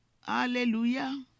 Hallelujah